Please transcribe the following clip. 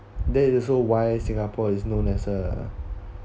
that is also why singapore is known as a